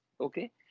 okay